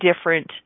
different